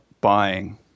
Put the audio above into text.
buying